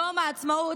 יום העצמאות,